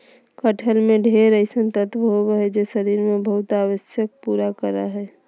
कटहल में ढेर अइसन तत्व होबा हइ जे शरीर के बहुत आवश्यकता पूरा करा हइ